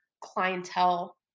clientele